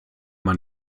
man